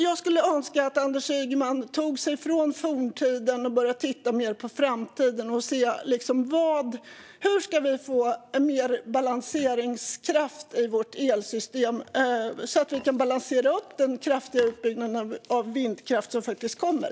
Jag skulle önska att Anders Ygeman tog sig från forntiden och började titta mer på framtiden för att se hur vi ska få mer balanseringskraft i vårt elsystem, så att vi kan balansera upp den kraftiga utbyggnad av vindkraft som kommer.